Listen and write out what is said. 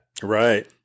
Right